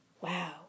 wow